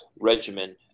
regimen